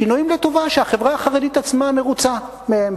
שינויים לטובה שהחברה החרדית עצמה מרוצה מהם,